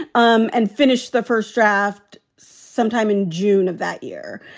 um and finished the first draft sometime in june of that year.